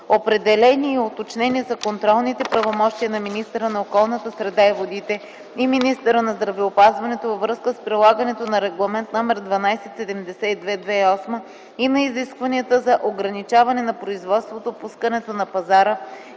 Определени и уточнени са контролните правомощия на министъра на околната среда и водите и министъра на здравеопазването във връзка с прилагането на Регламент № 1272/2008 и на изискванията за ограничаване на производството, пускането на пазара